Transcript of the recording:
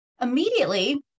Immediately